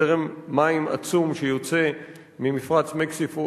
זרם מים עצום שיוצא ממפרץ מקסיקו,